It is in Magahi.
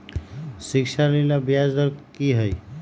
शिक्षा ऋण ला ब्याज दर कि हई?